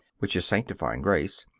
which is sanctifying grace,